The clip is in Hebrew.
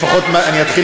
תפסיק להתנשא עלי.